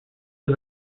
was